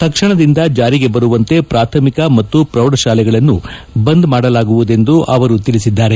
ತಕ್ಷಣದಿಂದ ಜಾರಿಗೆ ಬರುವಂತೆ ಪ್ರಾಥಮಿಕ ಮತ್ತು ಪ್ರೌಢಶಾಲೆಗಳನ್ನು ಬಂದ್ ಮಾಡಲಾಗುವುದೆಂದು ಅವರು ತಿಳಿಸಿದ್ದಾರೆ